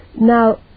now